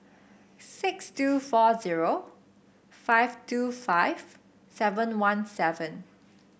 six two four zero five two five seven one seven